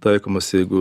taikomas jeigu